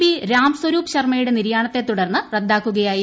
P Ram Swaroop ശർമ്മയുടെ നിര്യാണത്തെ തുടർന്ന് റദ്ദാക്കുകയായിരുന്നു